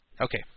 Okay